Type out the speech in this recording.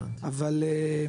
הבנתי,